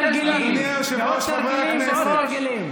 תרגילים ועוד תרגילים ועוד תרגילים.